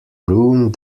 rune